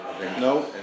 No